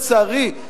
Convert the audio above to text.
לצערי,